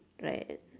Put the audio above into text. like